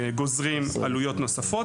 גוזרים עלויות נוספות,